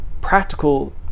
practical